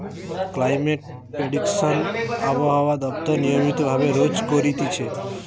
climate prediction আবহাওয়া দপ্তর নিয়মিত ভাবে রোজ করতিছে